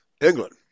England